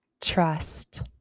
Trust